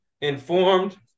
informed